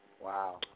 Wow